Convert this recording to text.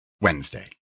Wednesday